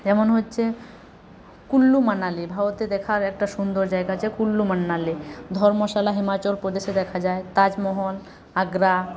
যেমন হচ্ছে কুল্লু মানালি ভারতের দেখার একটা সুন্দর জায়গা আছে কুল্লু মানালি ধর্মশালা হিমাচল প্রদেশে দেখা যায় তাজমহল আগ্রা